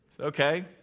Okay